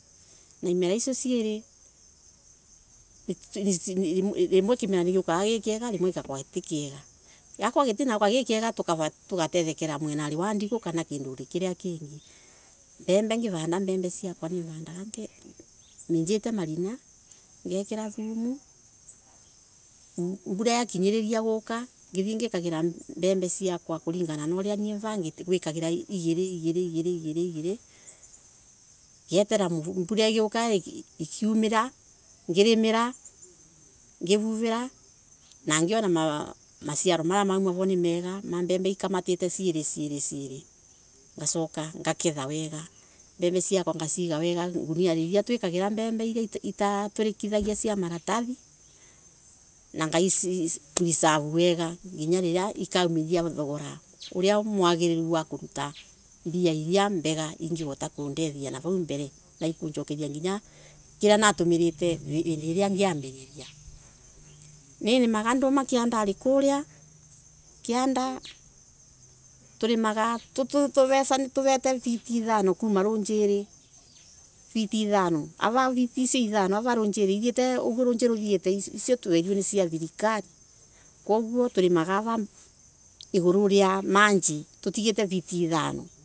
Na imera icio ciiri rimwe kimera ni giukaga gie kega na rimwe gita kiega giauka gi kiega tukavanda tugatethekera mwina wa ndigu kana kindu kiria kingi mbembe ngivanda mbembe ciakwa vandaga midite ngekira thumu mbura yakinyiriria guka ngaoka ngikagira mbembe ciakwa igiri igiri ngieterera mbura igiuka ngirimira ngivuvira na ngiona maciaro ni mbega ma mbembe ikamatite ciiri ciiri, ngacoka ngaketha weega ngacoka ngekira nguniari cia maratathi na nga preserve wega nginya riria ikaimirua thokori, na thogora uria mwega wa karuta mbia iria mbega ingevota kundethia nav au mbele na ijokerie kiria natumirite ngiambiriria nindimaga nduma kiandari tuklimaga tuvete fiiti itahi kuma runjiri fiiti icia ithano twirirwe na cia thirikari kuguo turimaga iguru ria maji tutigite fiiti ithano.